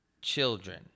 Children